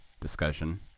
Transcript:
discussion